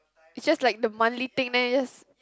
it's just like the monthly thing then you just